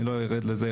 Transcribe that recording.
אני לא ארד לזה,